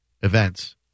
events